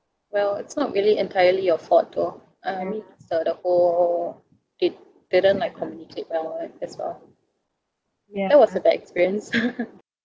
well it's not really entirely your fault though uh I mean it's uh the whole they didn't like communicate well and as well that was a bad experience